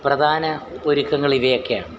പ്രധാന ഒരുക്കങ്ങളിവ ഒക്കെയാണ്